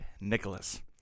Nicholas